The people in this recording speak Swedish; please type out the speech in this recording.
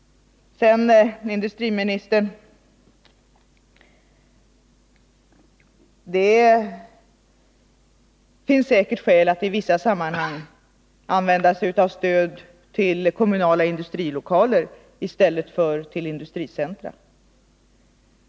Det finns säkert skäl, industriminister Åsling, att i vissa sammanhang använda sig av stöd till kommunala industrilokaler i stället för till industricentra.